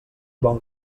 bon